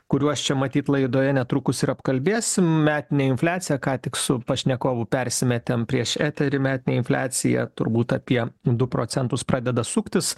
kuriuos čia matyt laidoje netrukus ir apkalbės metinė infliacija ką tik su pašnekovu persimetėm prieš eterį metinė infliacija turbūt apie du procentus pradeda suktis